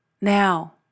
Now